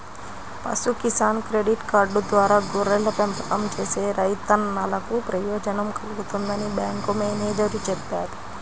పశు Kisan credit card ద్వారా గొర్రెల పెంపకం చేసే రైతన్నలకు ప్రయోజనం కల్గుతుందని బ్యాంకు మేనేజేరు చెప్పారు